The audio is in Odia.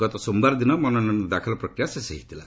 ଗତ ସୋମବାର ଦିନ ମନୋନୟନ ଦାଖଲ ପ୍ରକ୍ରିୟା ଶେଷ ହୋଇଥିଲା